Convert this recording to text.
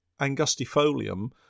angustifolium